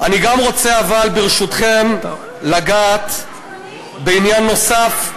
אני גם רוצה, אבל, ברשותכם, לגעת בעניין נוסף.